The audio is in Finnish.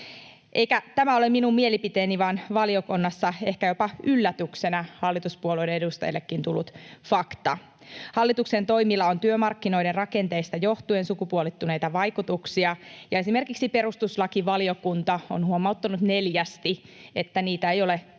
tämä ole minun mielipiteeni vaan valiokunnassa ehkä jopa yllätyksenä hallituspuolueidenkin edustajille tullut fakta. Hallituksen toimilla on työmarkkinoiden rakenteista johtuen sukupuolittuneita vaikutuksia, ja esimerkiksi perustuslakivaliokunta on huomauttanut neljästi, että niitä ei ole tutkittu